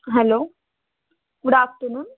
hello good afternoon